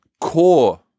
core